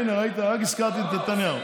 הינה, ראית, רק הזכרתי את נתניהו.